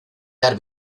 dar